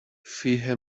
فیه